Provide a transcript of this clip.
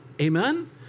amen